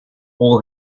all